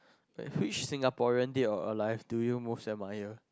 like which Singaporean dead or alive do you most admire